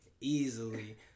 easily